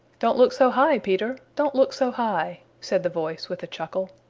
don't look so high, peter don't look so high, said the voice with a chuckle.